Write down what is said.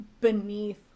beneath